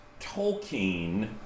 Tolkien